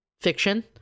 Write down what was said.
fiction